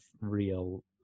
real